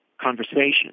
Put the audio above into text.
conversation